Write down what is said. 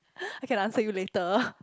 I can answer you later